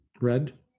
Red